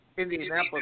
Indianapolis